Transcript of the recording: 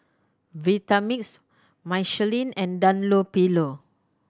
Vitamix Michelin and Dunlopillo